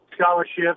scholarships